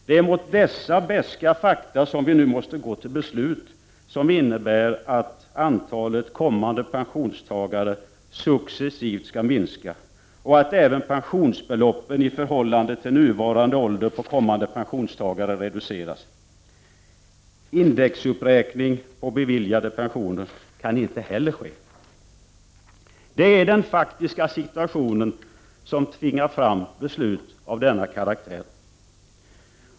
Det är mot bakgrund av dessa beska fakta som vi nu måste gå till beslut som innebär att antalet kommande pensionstagare successivt minskar och att även pensionsbeloppen reduceras i förhållande till nuvarande ålder på kommande pensionstagare. Indexuppräkning på beviljade pensioner kan inte heller ske. Det är den faktiska situationen som tvingar fram beslut av denna karaktär.